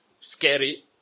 scary